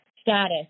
Status